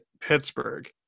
Pittsburgh